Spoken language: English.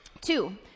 Two